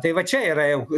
tai va čia yra jau